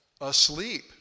asleep